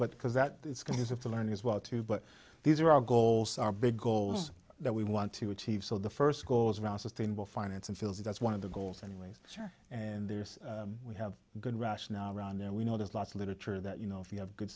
but because that is going to have to learn as well too but these are our goals are big goals that we want to achieve so the first goes around sustainable finance and feels that's one of the goals anyways sure and there's we have good rationale around and we know there's lots of literature that you know if you have good